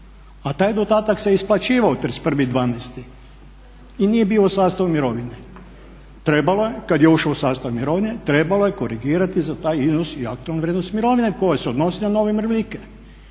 a taj dodatak se isplaćivao 31.12. i nije bio u sastavu mirovine. Trebalo je kad je ušao u sastav mirovine trebalo je korigirati za taj iznos i aktualnu vrijednost mirovine koja se odnosi na nove umirovljenike.